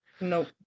Nope